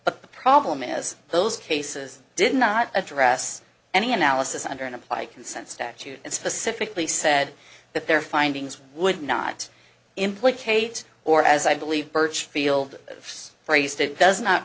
but the problem is those cases did not address any analysis under an apply consent statute and specifically said that their findings would not implicate order as i believe burchfield of phrased it does not